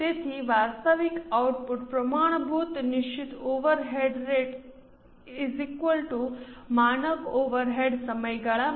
તેથી વાસ્તવિક આઉટપુટ પ્રમાણભૂત નિશ્ચિત ઓવરહેડ રેટ માનક ઓવરહેડસમયગાળા માટે